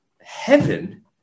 heaven